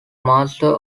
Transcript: master